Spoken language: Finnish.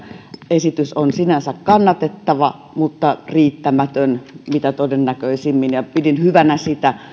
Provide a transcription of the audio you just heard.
esitys on sinänsä kannatettava mutta riittämätön mitä todennäköisimmin pidin hyvänä sitä